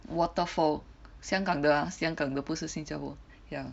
Waterfall 香港的啊香港的不是新加坡 ya